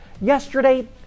Yesterday